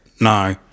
no